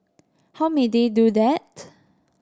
how may they do that